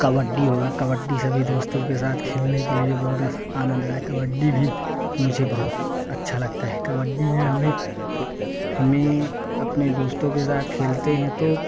कबड्डी हो गया कबड्डी भी दोस्तों के साथ खेलने के लिए बहुत अनद है कबड्डी भी मुझे बहुत अच्छा लगता है कबड्डी बिना मैं हमे अपने दोस्तों के साथ खेलते है तो